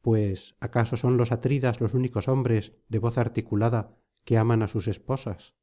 pues acaso son los atridas los únicos hombres de voz articulada que aman á sus esposas